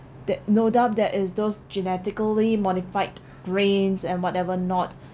there no doubt there is those genetically modified grains and whatever not